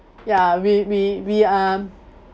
ya we we we um